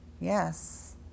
yes